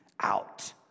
out